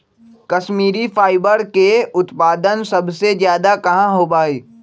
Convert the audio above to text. Kashmiri fibre के उत्पादन सबसे ज्यादा कहाँ होबा हई?